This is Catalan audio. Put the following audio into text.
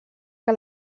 que